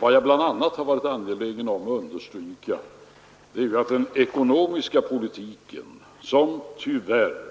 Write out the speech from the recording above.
Vad jag bl.a. har varit angelägen att understryka är att den ekonomiska politiken, som tyvärr